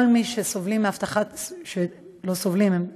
כל מי שסובלים, לא סובלים, מקבלים,